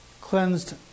cleansed